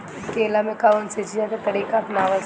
केला में कवन सिचीया के तरिका अपनावल सही रही?